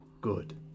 ...good